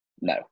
No